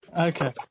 Okay